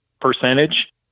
percentage